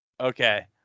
Okay